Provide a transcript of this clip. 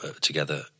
together